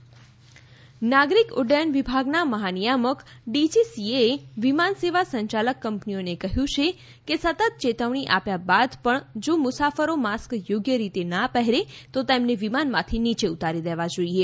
DGCA નાગરિક ઉડ્ડયન વિભાગના મહાનિયામક ડીજીસીએ એ વિમાન સેવા સંચાલક કંપનીઓને કહ્યું છે કે સતત ચેતવણી આપ્યા બાદ પણ જો મુસાફરો માસ્ક યોગ્ય રીતે ના પહેરે તો તેમને વિમાનમાંથી નીચે ઉતારી દેવા જોઇએ